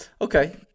Okay